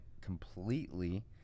completely